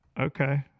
Okay